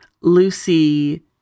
lucy